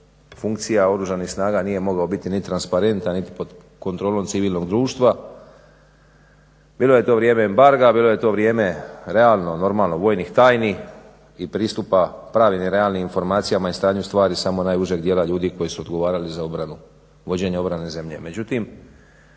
funkcija oružanih snaga nije mogao biti ni transparentan niti pod kontrolom civilnog društva. Bilo je to vrijeme embarga, bilo je to vrijeme realno normalno vojnih tajni i pristupa pravim i realnim informacijama i stanju stvari samo najužeg dijela ljudi koji su odgovarali za vođenje obrane zemlje.